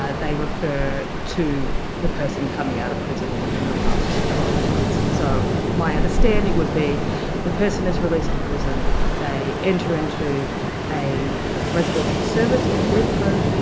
ah they refer to the person coming out of prison within the last twelve months. so my understanding would be the person is released from prison. they enter into a residential service or a group home,